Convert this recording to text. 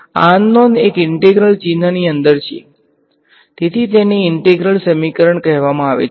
આ અનનોન એક ઈન્ટેગ્રલ ચિન્હની અંદર છે તેથી તેને ઈન્ટેગ્રલ સમીકરણ કહેવામાં આવે છે